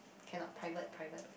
cannot private private